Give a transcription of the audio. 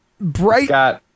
Bright